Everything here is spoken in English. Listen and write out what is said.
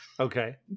Okay